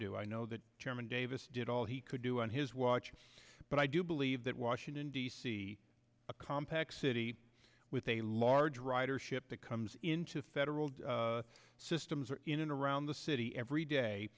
do i know that chairman davis did all he could do on his watch but i do believe that washington d c a compact city with a large ridership that comes into federal systems in and around the city every day